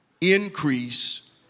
increase